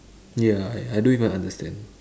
ya I I don't even understand